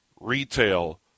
retail